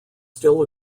still